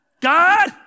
God